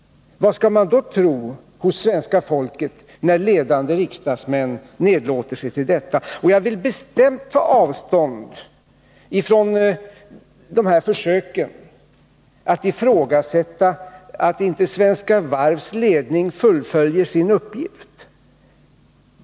Vad skall svenska folket tro, när ledande riksdagsmän nedlåter sig till detta? Jag vill bestämt ta avstånd från försöken att ifrågasätta att Svenska Varvs ledning fullgör sin uppgift.